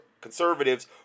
conservatives